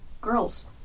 girls